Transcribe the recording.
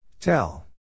Tell